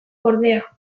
ordea